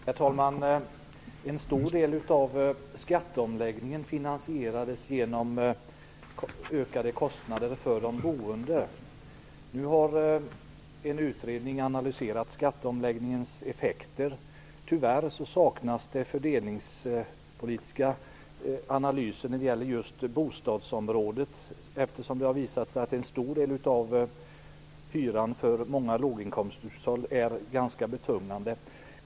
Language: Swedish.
Herr talman! En stor del av skatteomläggningen finansierades genom ökade kostnader för de boende. Nu har en utredning analyserat skatteomläggningens effekter. Tyvärr saknas fördelningspolitiska analyser när det gäller just bostadsområdet. Det har ju visat sig att hyran för en stor del av låginkomsthushållen är ganska betungande.